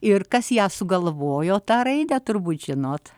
ir kas ją sugalvojo tą raidę turbūt žinot